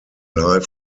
live